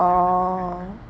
oh